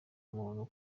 umuntu